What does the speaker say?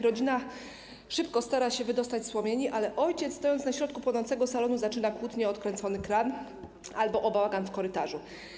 Rodzina stara się szybko wydostać z płomieni, ale ojciec, stojąc na środku płonącego salonu, zaczyna kłótnię o odkręcony kran albo o bałagan w korytarzu.